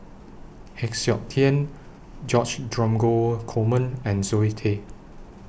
Heng Siok Tian George Dromgold Coleman and Zoe Tay